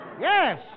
Yes